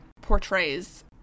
portrays